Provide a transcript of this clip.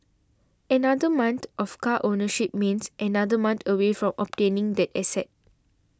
another month of car ownership means another month away from obtaining that asset